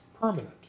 permanent